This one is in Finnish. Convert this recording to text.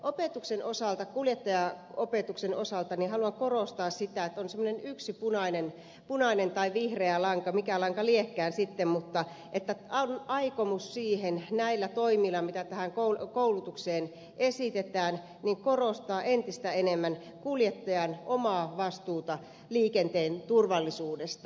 kuljettajaopetuksen osalta haluan korostaa sitä että on semmoinen yksi punainen tai vihreä lanka mikä lanka liekään sitten mutta aikomus näillä toimilla mitä tähän koulutukseen esitetään korostaa entistä enemmän kuljettajan omaa vastuuta liikenteen turvallisuudesta